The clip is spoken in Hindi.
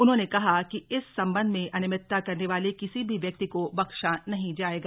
उन्होंने कहा कि इस संबंध में अनियमितता करने वाले किसी भी व्यक्ति को बख्शा नहीं जाएगा